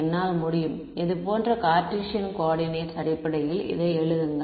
என்னால் முடியும் இது போன்ற கார்ட்டீசியன் கோஆர்டினேட்ஸ் அடிப்படையில் இதை எழுதுங்கள்